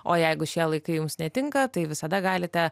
o jeigu šie laikai jums netinka tai visada galite